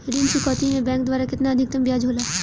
ऋण चुकौती में बैंक द्वारा केतना अधीक्तम ब्याज होला?